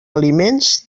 aliments